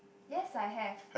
yes I have